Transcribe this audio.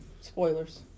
Spoilers